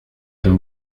tym